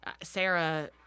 Sarah